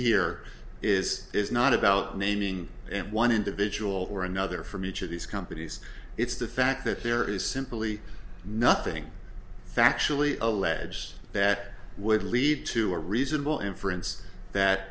here is is not about naming and one individual or another from each of these companies it's the fact that there is simply nothing factually alleged that would lead to a reasonable inference that